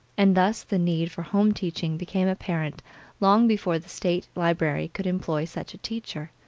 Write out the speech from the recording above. and thus the need for home teaching became apparent long before the state library could employ such a teacher.